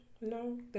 No